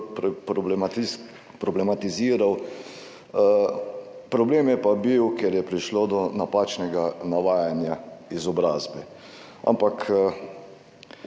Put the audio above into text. problematiziral. Problem je pa bil, ker je prišlo do napačnega navajanja izobrazbe, ampak